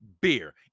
beer